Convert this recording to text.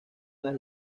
las